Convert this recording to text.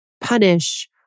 punish